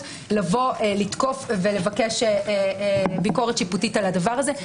לבוא לתקוף ולבקש ביקורת שיפוטית על הדבר הזה.